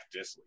Disley